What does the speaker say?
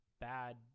bad